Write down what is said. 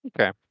Okay